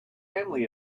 family